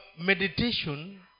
meditation